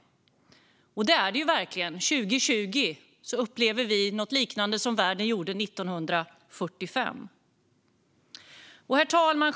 Och det är det ju verkligen. Vi upplever 2020 något som liknar det världen upplevde 1945. Herr talman!